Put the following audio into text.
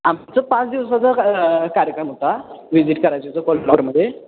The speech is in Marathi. आमचं पाच दिवसाचा का कार्यक्रम होता विजिट करायचं होतं कोल्हापूरमध्ये